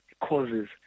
causes